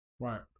Right